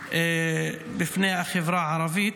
בפני החברה הערבית,